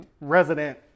resident